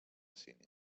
sínia